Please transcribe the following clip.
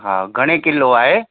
हा घणे किलो आहे